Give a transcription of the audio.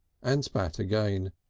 and spat again.